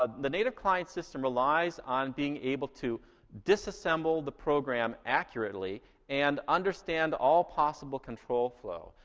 ah the native client system relies on being able to disassemble the program accurately and understand all possible control flow.